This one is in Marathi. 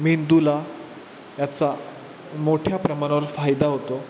मेंदूला याचा मोठ्या प्रमाणावर फायदा होतो